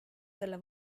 selle